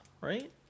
right